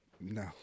No